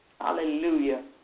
hallelujah